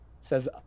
says